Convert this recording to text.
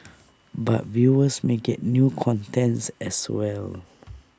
but viewers may get new content as well